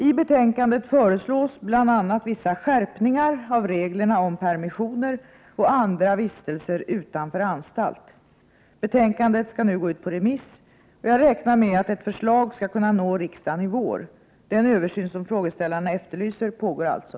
I betänkandet föreslås bl.a. vissa skärpningar av reglerna om permissioner och andra vistelser utanför anstalt. Betänkandet skall nu gå ut på remiss. Jag räknar med att ett förslag skall kunna nå riksdagen i vår. Den översyn som frågeställarna efterlyser pågår alltså.